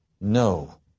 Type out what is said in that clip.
No